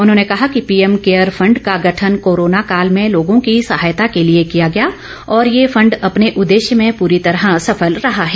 उन्होंने कहा कि पी एम केयर फंड का गठन कोरोना काल में लोगोँ की सहायता के लिए किया गया और ये फंड अपने उद्देश्य में पूरी तरह सफल रहा है